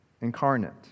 incarnate